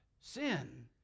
sin